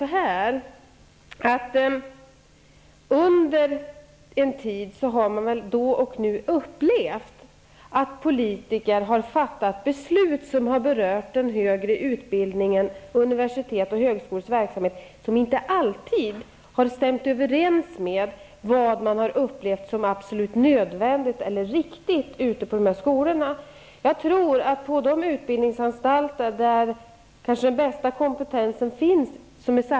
Under en tid har man då och nu upplevt att politiker har fattat beslut som har berört den högre utbildningen, dvs. universitet och högskolors verksamhet, som inte alltid har stämt överens med vad man har upplevt som absolut nödvändigt eller riktigt ute på skolorna.